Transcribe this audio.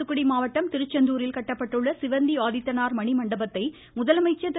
தூத்துக்குடி மாவட்டம் திருச்செந்தூரில் கட்டப்பட்டுள்ள சிவந்தி ஆதித்தனார் மணிமண்டபத்தை முதலமைச்சர் திரு